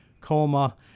coma